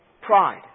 Pride